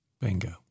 Bingo